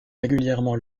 régulièrement